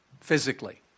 Physically